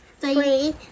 three